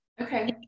Okay